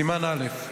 סימן א',